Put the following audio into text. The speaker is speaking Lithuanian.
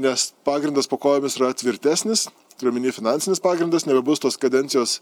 nes pagrindas po kojomis yra tvirtesnis turiu omeny finansinis pagrindas nebebus tos kadencijos